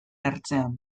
ertzean